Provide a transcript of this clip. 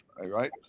right